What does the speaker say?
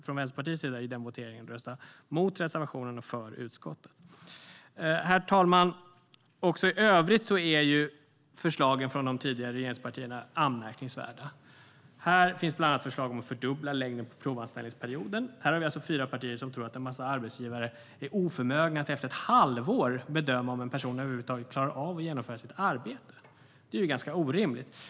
Från Vänsterpartiets sida kommer vi i den voteringen att rösta mot reservationen och för utskottets förslag. Herr talman! Också i övrigt är förslagen från de tidigare regeringspartierna anmärkningsvärda. Här finns bland annat förslag om att fördubbla längden på provanställningsperioden. Här har vi alltså fyra partier som tror att en massa arbetsgivare är oförmögna att efter ett halvår bedöma om en person över huvud taget klarar av att genomföra sitt arbete. Det är ganska orimligt.